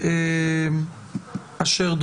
שקיבלה אתמול את אות העובדת המצטיינת של הכנסת